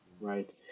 right